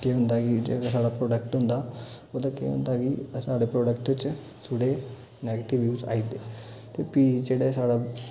केह् होंदा की जेह्ड़ा साढा प्रोडक्ट होंदा ओह्दा केह् होंदा की साढ़े प्रोडक्ट च थोह्ड़े नेगेटिव व्यूज आई दे ते भी जेह्ड़ा साढ़े